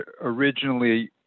originally